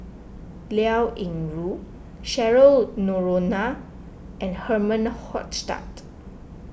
Liao Yingru Cheryl Noronha and Herman Hochstadt